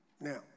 Now